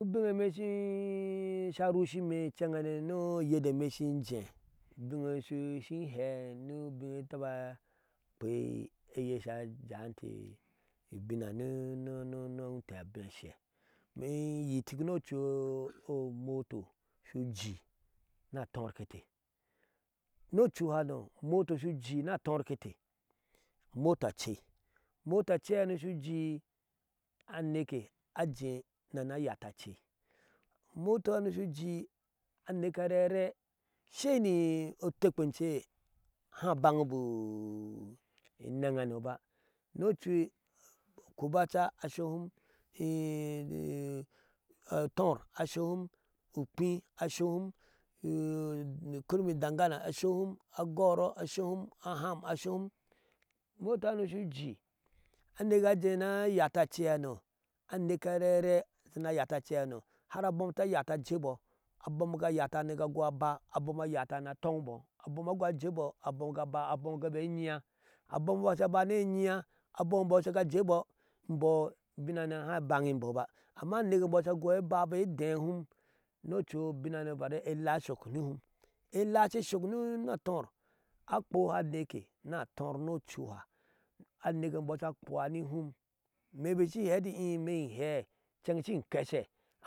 Ubiŋeme sha anushine incɛŋhane ni uyir e ime shin jɛɛ, ubineye shu shin hɛe ni ubineye tu taba akpei eye sha ja inte ibima ni ni ni inte obee ashe, imee in yitic ni occuu omoto shu ujii ni atɔɔrkete ni ocuhano omotoshu ujii ni atɔɔrketo, umota acei umota aceihano shu jii, aneke ajee ni na ayati acei umotahana shu jii aneke areree ashei ni otekpe ece ha abangbu eneŋhano bag ni ocui ukubacha ashohum, atɔɔr ashohum atɔɔr ashohum ukpii ashohum ukurmin dangana ashdum, agɔrɔɔ ashohum, aham ashohum umotahano shu ujii anekee ajee nga gyati aceihano, aneke areree ajeeni ayati aceihano har abom ta yata ajeebɔ, abom ka yata nika agui aba, abom ayata atɔŋbɔ, abom agui a jeebɔ, abom ka ba, abom gabe nyia, abom sha ba ni enyia, abom eimbɔɔ shi ga a jeebɔ, imbɔɔ ubinhanei hai ebanjibɔ ba amma aneke e imbɔɔ sha agui ba be edehum ni ocuu o ubinane uba dai ela eshok nihum, ela she shok nu ni atɔɔr, akpoha aneke ni atɔɔr ni ocuha, aneke embɔɔ sha kpuwa nihu, ime bik shin hɛɛ ɛti ti imerihɛɛ shim kɛɛhɛ.